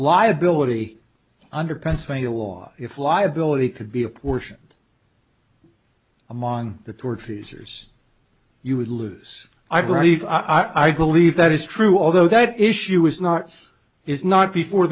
liability under pennsylvania law if liability could be apportioned among the toward features you would lose i believe i believe that is true although that issue is not is not before